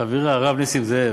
חברי הרב נסים זאב,